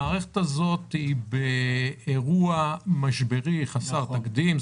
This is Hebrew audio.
המערכת הזאת היא באירוע משברי חסר תקדים,